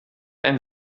ein